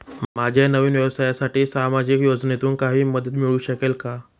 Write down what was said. माझ्या नवीन व्यवसायासाठी सामाजिक योजनेतून काही मदत मिळू शकेल का?